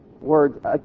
words